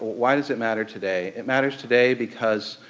why does it matter today? it matters today because